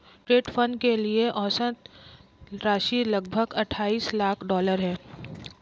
trust fund के लिए औसत राशि लगभग अट्ठाईस लाख डॉलर है